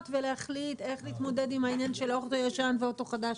ולהחליט איך להתמודד עם העניין של אוטו ישן ואוטו חדש,